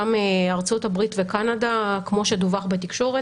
גם ארצות הברית וקנדה, כמו שדווח בתקשורת.